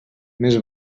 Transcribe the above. més